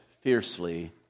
fiercely